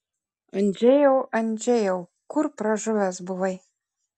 andžejau andžejau kur pražuvęs buvai